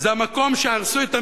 זה המקום שהרסו את המגרש.